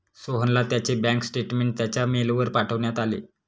सोहनला त्याचे bank statement त्याच्या मेलवर पाठवण्यात आले